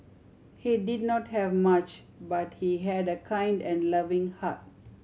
he did not have much but he had a kind and loving heart